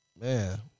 Man